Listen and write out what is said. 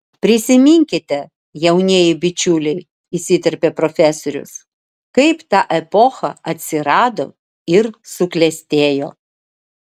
prisiminkite jaunieji bičiuliai įsiterpė profesorius kaip ta epocha atsirado ir suklestėjo